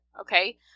okay